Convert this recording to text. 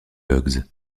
bugs